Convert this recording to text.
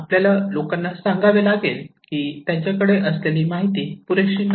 आपल्याला लोकांना ला सांगावे लागेल की त्यांच्याकडे असलेली माहिती पुरेशी नाही